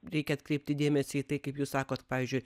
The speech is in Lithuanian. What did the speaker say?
reikia atkreipti dėmesį į tai kaip jūs sakot pavyzdžiui